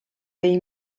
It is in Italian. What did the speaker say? dei